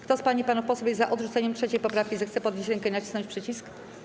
Kto z pań i panów posłów jest za odrzuceniem 3. poprawki, zechce podnieść rękę i nacisnąć przycisk.